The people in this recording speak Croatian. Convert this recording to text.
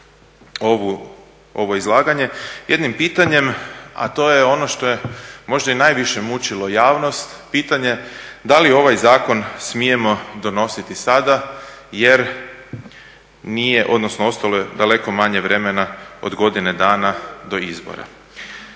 ovo izlaganje jednim pitanjem, a to je ono što je možda i najviše mučilo javnost pitanje da li ovaj zakon smijemo donositi sada, jer nije, odnosno ostalo je daleko manje vremena od godine dana do izbora.